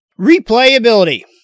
Replayability